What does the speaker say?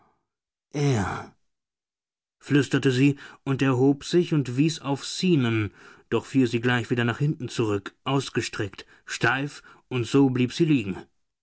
er flüsterte sie und erhob sich und wies auf zenon doch fiel sie gleich wieder nach hinten zurück ausgestreckt steif und so blieb sie liegen